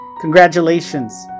Congratulations